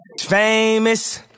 Famous